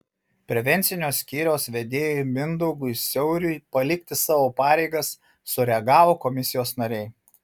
prevencinio skyriaus vedėjui mindaugui siauriui palikti savo pareigas sureagavo komisijos nariai